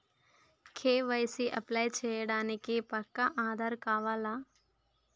KYC apply చేయనీకి పక్కా ఆధార్ కావాల్నా?